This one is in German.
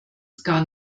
gar